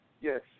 yes